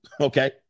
okay